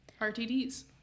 RTDs